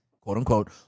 quote-unquote